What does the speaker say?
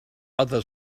other